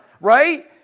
right